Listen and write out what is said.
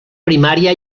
primària